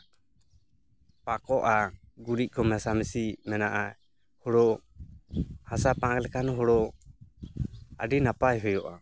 ᱯᱟᱠᱚᱜᱼᱟ ᱜᱩᱨᱤᱡ ᱠᱚ ᱢᱮᱥᱟᱢᱤᱥᱤ ᱢᱮᱱᱟᱜᱼᱟ ᱦᱳᱲᱳ ᱦᱟᱥᱟ ᱯᱟᱸᱠ ᱞᱮᱠᱷᱟᱱ ᱦᱳᱲᱳ ᱟᱹᱰᱤ ᱱᱟᱯᱟᱭ ᱦᱩᱭᱩᱜᱼᱟ